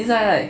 is like